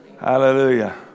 Hallelujah